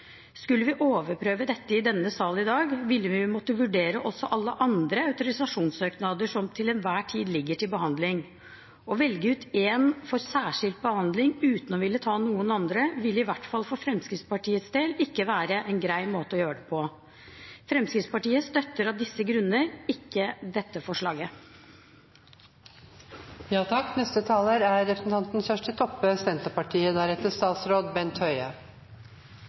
Skulle vi overprøve dette i denne sal i dag, ville vi måtte vurdere også alle andre autorisasjonssøknader som til enhver tid ligger til behandling. Å velge ut én for særskilt behandling, uten å ville ta noen andre, ville i hvert fall for Fremskrittspartiets del ikke være en grei måte å gjøre det på. Fremskrittspartiet støtter av disse grunner ikke dette forslaget. I denne saka er